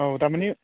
औ दामानि